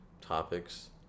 topics